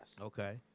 okay